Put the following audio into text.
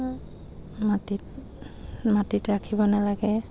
মাটিত মাটিত ৰাখিব নালাগে